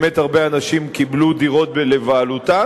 באמת הרבה אנשים קיבלו דירות לבעלותם,